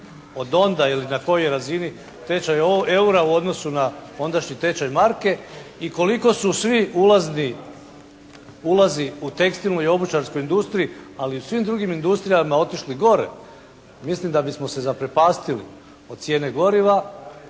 od onda ili na kojoj razini tečaj eura u odnosu na ondašnji tečaj marke i koliko su svi ulazili u tekstilnu i obućarsku industriju, ali u svim drugim industrijama otišli gore, mislim da bismo se zaprepastili od cijene goriva,